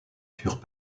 furent